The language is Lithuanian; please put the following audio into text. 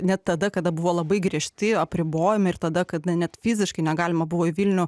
net tada kada buvo labai griežti apribojimai ir tada kada net fiziškai negalima buvo į vilnių